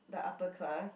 the upper class